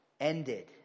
ended